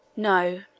No